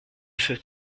feu